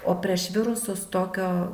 o prieš virusus tokio